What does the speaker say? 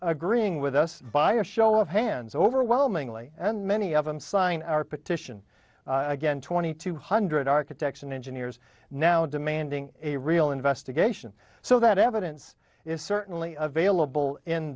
agreeing with us by a show of hands overwhelmingly and many of them sign our petition again twenty two hundred architects and engineers now demanding a real investigation so that evidence is certainly available in